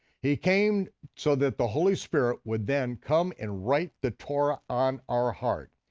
he came so that the holy spirit would then come and write the torah on our heart.